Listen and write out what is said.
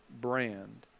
brand